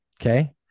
Okay